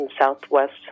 southwest